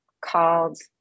called